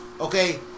Okay